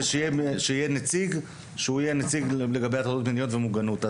ושיהיה נציג לגבי הטרדות מיניות ומוגנות.